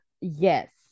yes